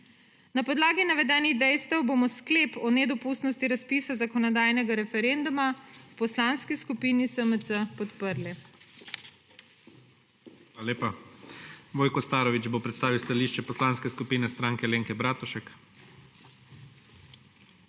Na podlagi navedenih dejstev bomo sklep o nedopustnosti razpisa zakonodajnega referenduma v Poslanski skupini SMC podprli.